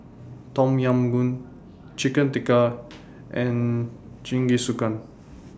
Tom Yam Goong Chicken Tikka and Jingisukan